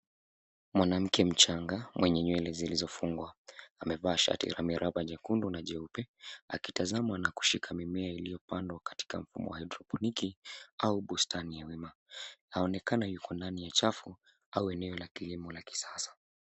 Mwanamke mchanga mwenye nywele zilizofungwa amevaa shati la miraba mekundu na jeupe, akitazama na kushika mimea iliyopandwa katika mfumo wa haidroponiki au bustani ya wima. Inaonekana yuko ndani ya chafu au eneo la kilimo la kisasa.